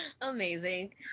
Amazing